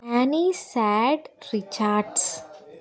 annie stuart richards